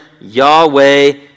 Yahweh